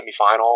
semifinal